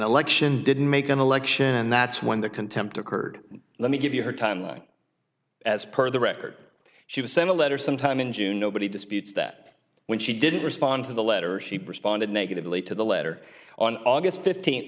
election didn't make an election and that's when the contempt occurred let me give you her timeline as per the record she was sent a letter sometime in june nobody disputes that when she didn't respond to the letter she responded negatively to the letter on aug fifteenth